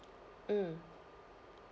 mm